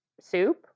soup